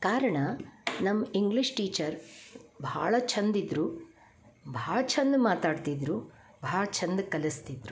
ಕಾರಣ ನಮ್ಮ English teacher ಭಾಳ ಚಂದ್ ಇದ್ದರು ಭಾಳ ಚಂದ್ ಮಾತಾಡ್ತಿದ್ದರು ಭಾಳ ಚಂದ್ ಕಲಿಸ್ತಿದ್ದರು